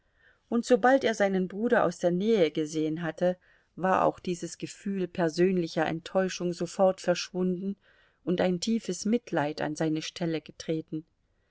und sobald er seinen bruder aus der nähe gesehen hatte war auch dieses gefühl persönlicher enttäuschung sofort verschwunden und ein tiefes mitleid an seine stelle getreten